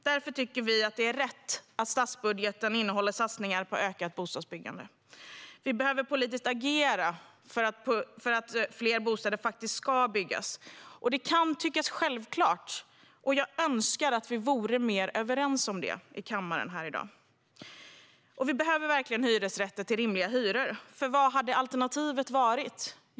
Därför tycker vi att det är rätt att statsbudgeten innehåller satsningar på ökat bostadsbyggande. Det behövs ett politiskt agerande för att fler bostäder faktiskt ska byggas. Det kan tyckas självklart, och jag önskar att vi vore mer överens om det i kammaren i dag. Det behövs verkligen hyresrätter till rimliga hyror. Vad hade alternativet varit?